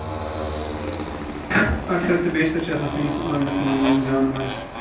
اَکثر تہٕ بیشتر چھِ آسان سٲنِس آنگنَس منٛز جاناوار